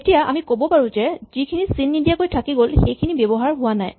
এতিয়া আমি ক'ব পাৰো যে যিখিনি চিন নিদিয়াকৈ থাকি গ'ল সেইখিনি ব্যৱহাৰ হোৱা নাই